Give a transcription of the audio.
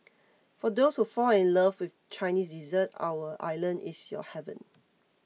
for those who fall in love with Chinese dessert our island is your heaven